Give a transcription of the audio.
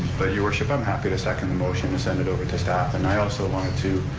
but your worship, i'm happy to second the motion and send it over to staff and i also wanted to